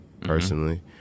personally